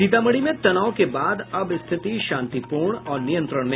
सीतामढ़ी में तनाव के बाद अब स्थिति शांतिपूर्ण और नियंत्रण में